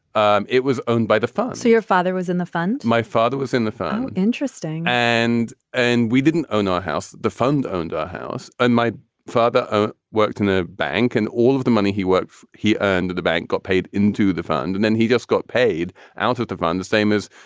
um it was owned by the father. so your father was in the fund? my father was in the family. interesting. and and we didn't own our house. the fund owned our house. and my father ah worked in a bank. and all of the money he worked, he earned the bank got paid into the fund and then he just got paid out of the fund, the same as,